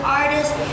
artists